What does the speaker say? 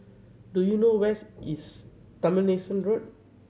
do you know where's is Tomlinson Road